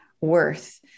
worth